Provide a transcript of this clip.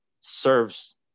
serves